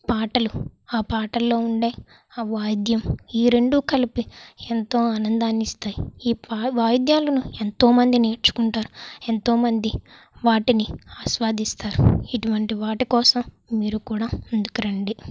పాటలు ఆ పాటల్లో ఉండే ఆ వాయిద్యం ఈ రెండు కలిపి ఎంతో ఆనందాన్నిస్తాయి ఈ వాయిద్యాలు ఎంతోమంది నేర్చుకుంటారు ఎంతోమంది వాటిని ఆస్వాదిస్తారు ఇటువంటి వాటికోసం మీరు కూడా ముందుకు రండి